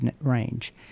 range